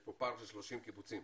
יש פה פער של 30 קיבוצים